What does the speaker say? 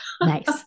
nice